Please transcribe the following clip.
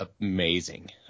amazing